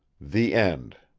the end